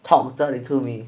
talk dirty to me